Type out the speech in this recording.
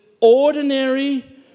ordinary